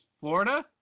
Florida